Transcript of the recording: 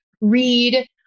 read